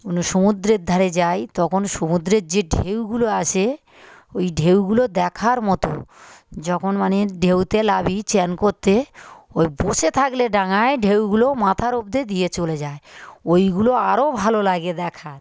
কোনো সমুদ্রের ধারে যাই তখন সমুদ্রের যে ঢেউগুলো আছে ওই ঢেউগুলো দেখার মতো যখন মানে ঢেউতে নামি স্নান করতে ওই বসে থাকলে ডাঙায় ঢেউগুলো মাথার অব্দি দিয়ে চলে যায় ওইগুলো আরো ভালো লাগে দেখার